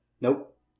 Nope